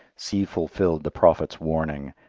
see fulfilled the prophet's warning,